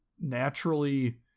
naturally